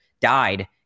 died